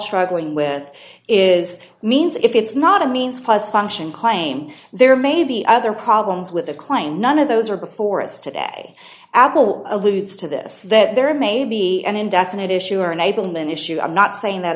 struggling with is means if it's not a means plus function claim there may be other problems with the claim none of those are before us today apple alludes to this that there may be an indefinite issue or enablement issue i'm not saying that